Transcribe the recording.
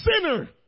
sinner